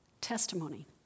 testimony